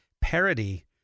parody